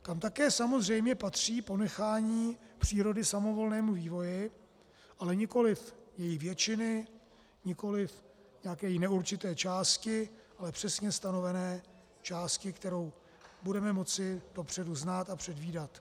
Tam také samozřejmě patří ponechání přírody samovolnému vývoji, ale nikoliv její většiny, nikoli nějaké její neurčité části, ale přesně stanovené části, kterou budeme moci dopředu znát a předvídat.